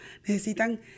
necesitan